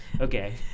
okay